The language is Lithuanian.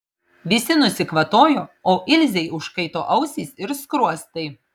visi nusikvatojo o ilzei užkaito ausys ir skruostai